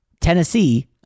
Tennessee